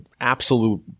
absolute